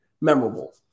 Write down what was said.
memorable